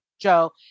joe